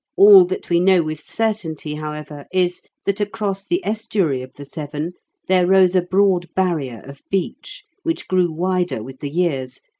all that we know with certainty, however, is, that across the estuary of the severn there rose a broad barrier of beach, which grew wider with the years,